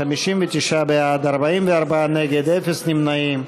59 בעד, 44 נגד, אפס נמנעים.